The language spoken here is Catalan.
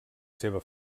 seva